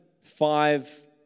five